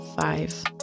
five